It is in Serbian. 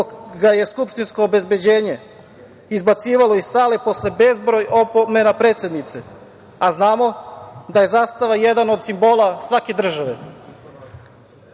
ga je skupštinsko obezbeđenje izbacivalo iz sale posle bezbroj opomena predsednice, a znamo da je zastava jedan od simbola svake države.